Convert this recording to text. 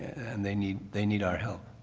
and they need they need our help.